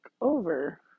over